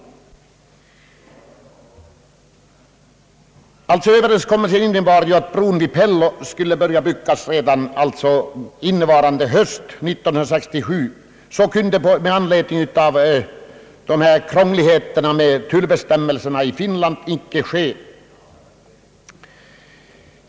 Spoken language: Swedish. Den träffade överenskommelsen innebär ju att bron vid Pello skulle byggas under innevarande höst, men på grund av krångligheterna med de finska tullbestämmelserna kunde så icke ske.